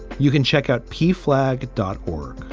you can check out p flag dot org.